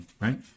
right